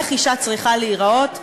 איך אישה צריכה להיראות,